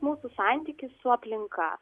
mūsų santykį su aplinka